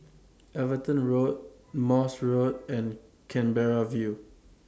Everton Road Morse Road and Canberra View